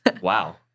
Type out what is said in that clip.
wow